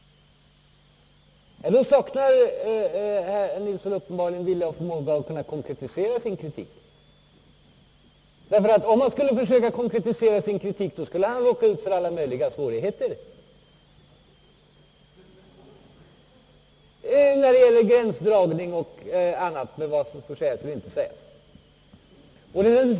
Herr Nilsson saknar uppenbarligen vilja och förmåga att konkretisera sin kritik, ty om han skulle försöka konkretisera den, skulle han råka ut för alla möjliga svårigheter när det gäller gränsdragning m.m. för vad som får eller inte får sägas i programmen.